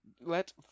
let